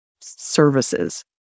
services